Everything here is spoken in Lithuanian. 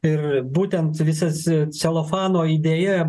ir būtent visas celofano idėja